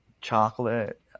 chocolate